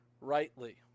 rightly